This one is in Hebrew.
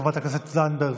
חברת הכנסת זנדברג,